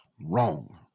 wrong